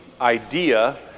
idea